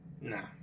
Nah